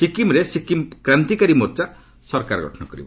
ସିକିମ୍ରେ ସିକିମ୍ କ୍ରାନ୍ତିକାରୀ ମୋର୍ଚ୍ଚା ସରକାର ଗଠନ କରିବ